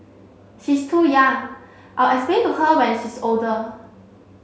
she's too young I'll explain to her when she's older